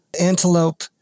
antelope